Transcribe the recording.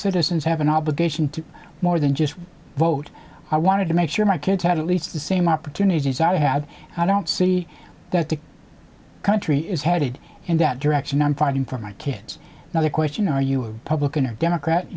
citizens have an obligation to more than just vote i wanted to make sure my kids had at least the same opportunities i have and i don't see that the country is headed in that direction i'm driving for my kids now the question are you a public and democrat